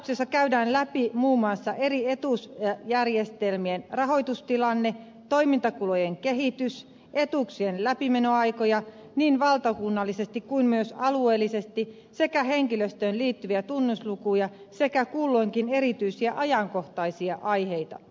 katsauksessa käydään läpi muun muassa eri etuusjärjestelmien rahoitustilanne toimintakulujen kehitys etuuksien läpimenoaikoja niin valtakunnallisesti kuin myös alueellisesti sekä henkilöstöön liittyviä tunnuslukuja sekä kulloinkin erityisiä ajankohtaisia aiheita